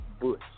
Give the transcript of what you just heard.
Bush